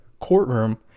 courtroom